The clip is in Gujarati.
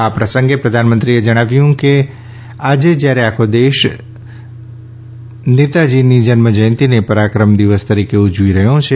આ પ્રસંગે પ્રધાનમંત્રીએ જણાવ્યું કે આજે જ્યારે આખો દેશ નેતાજીની જન્મજયંતિને પરાક્રમ દિવસ તરીકે ઉજવી રહ્યો છે